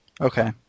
okay